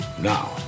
Now